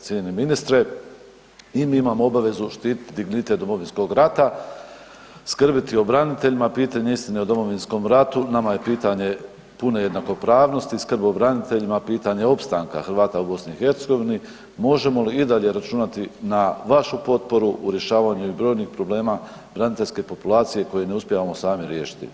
Cijenjeni ministre, i mi imamo obavezu štititi dignitet Domovinskog rata, skrbiti o braniteljima, pitanje istine o Domovinskom ratu nama je pitanje pune jednakopravnosti i skrbobraniteljima pitanje opstanka Hrvata u BiH, možemo li i dalje računati na vašu potporu u rješavanju i brojnih problema braniteljske populacije koje ne uspijevamo sami riješiti?